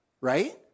right